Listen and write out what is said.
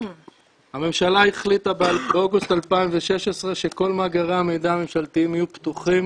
הממשלה החליטה באוגוסט 2016 שכל מאגרי המידע הממשלתיים יהיו פתוחים